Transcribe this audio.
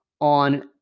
on